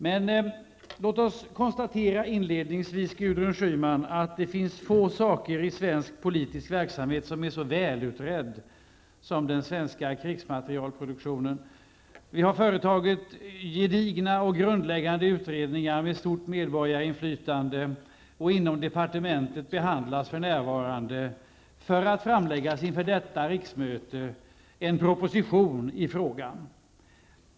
Man vi får inledningsvis, Gudrun Schyman, konstatera att det finns få frågor i svensk politisk verksamhet som är så väl utredda som just frågan om den svenska krigsmaterielinspektionen. Gedigna och grundläggande utredningar med stort medborgarinflytande har företagits. Inom departementet behandlas dessutom för närvande, för att framläggas inför detta riksmöte, en proposition i frågan.